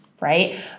right